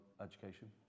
education